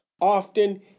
often